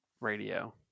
radio